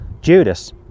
judas